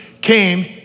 came